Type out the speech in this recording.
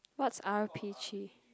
what's R_P_G